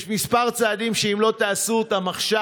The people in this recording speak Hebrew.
יש כמה צעדים שאם לא תעשו אותם עכשיו,